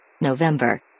november